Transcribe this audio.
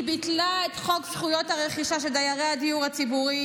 ביטלה את חוק זכויות הרכישה של דיירי הדיור הציבורי